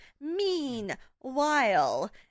meanwhile